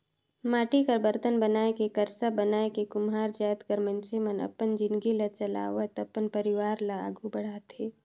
माटी कर बरतन बनाए के करसा बनाए के कुम्हार जाएत कर मइनसे मन अपन जिनगी ल चलावत अपन परिवार ल आघु बढ़ाथे